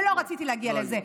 ולא רציתי להגיע לזה.